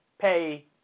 pay